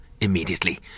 immediately